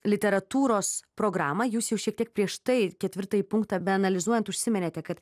literatūros programą jūs jau šiek tiek prieš tai ketvirtąjį punktą be analizuojant užsiminėte kad